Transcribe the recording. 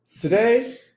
today